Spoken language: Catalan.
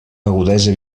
agudesa